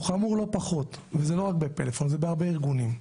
הוא חמור לא פחות ולא רק בפלאפון, בהרבה ארגונים.